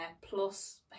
Plus